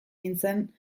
nintzen